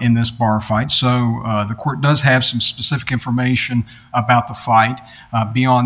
in this bar fight so the court does have some specific information about the fight beyond